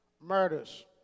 murders